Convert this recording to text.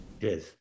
Yes